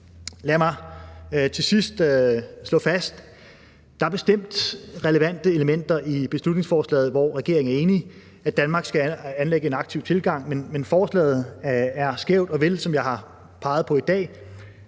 Lad mig til sidst slå fast, at der bestemt er relevante elementer i beslutningsforslaget, som regeringen er enig i, altså at Danmark skal anlægge en aktiv tilgang. Men forslaget er skævt og vil, som jeg har peget på i dag,